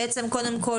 זה בעצם בתוך 30 ימים.